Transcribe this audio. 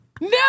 No